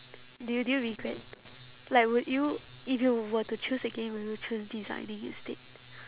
do you do you regret like would you if you were to choose again will you choose designing instead